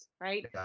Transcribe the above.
right